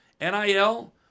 NIL